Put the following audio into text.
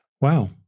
Wow